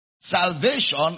Salvation